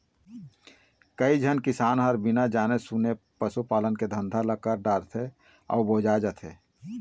कइझन किसान ह बिना जाने सूने पसू पालन के धंधा ल कर डारथे अउ बोजा जाथे